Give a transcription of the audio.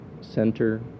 center